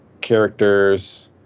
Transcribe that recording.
characters